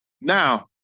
Now